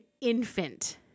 infant